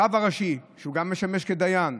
הרב הראשי, שגם משמש כדיין,